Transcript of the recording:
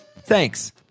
Thanks